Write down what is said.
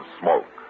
smoke